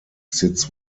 sits